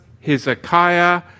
Hezekiah